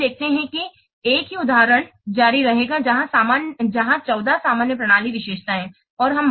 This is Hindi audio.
अब हम देखते हैं कि एक ही उदाहरण जारी रहेगा जहां 14 सामान्य प्रणाली विशेषताएँ हैं